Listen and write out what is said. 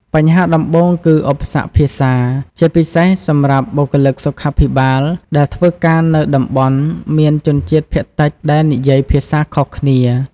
បញ្ហាដំបូងគឺឧបសគ្គភាសា ជាពិសេសសម្រាប់បុគ្គលិកសុខាភិបាលដែលធ្វើការនៅតំបន់មានជនជាតិភាគតិចដែលនិយាយភាសាខុសគ្នា។